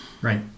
Right